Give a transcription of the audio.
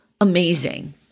amazing